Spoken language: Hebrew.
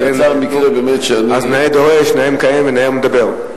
אז נאה דורש, נאה מקיים ונאה מדבר.